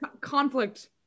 Conflict